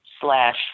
slash